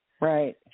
right